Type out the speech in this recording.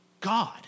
God